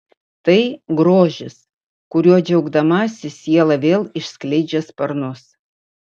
tai grožis kuriuo džiaugdamasi siela vėl išskleidžia sparnus